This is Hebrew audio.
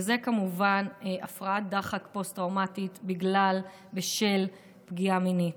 וזה כמובן הפרעת דחק פוסט-טראומטית בגלל פגיעה מינית.